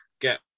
get